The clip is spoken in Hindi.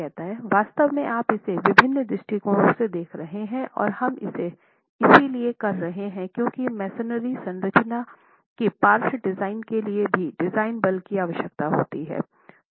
वास्तव में आप इसे विभिन्न दृष्टिकोणों से देख रहे हैं और हम ऐसा इसलिए कर रहे हैं क्योंकि मैसनरी संरचना के पार्श्व डिजाइन के लिए भी डिजाइन बल की आवश्यकता होती है